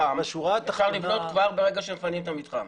אפשר לבנות כבר ברגע שמפנים את המתחם.